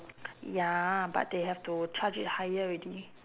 ya but they have to charge it higher already